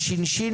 שנת השירות,